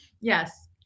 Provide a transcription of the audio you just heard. Yes